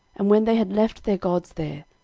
and when they had left their gods there,